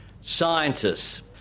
scientists